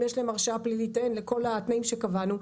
יש להם הרשעה פלילית או אין וכל התנאים שקבענו.